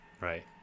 Right